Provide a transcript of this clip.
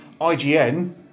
IGN